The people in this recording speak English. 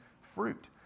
fruit